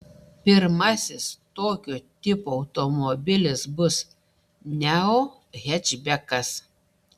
pirmasis tokio tipo automobilis bus neo hečbekas